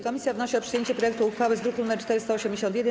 Komisja wnosi o przyjęcie projektu uchwały z druku nr 481.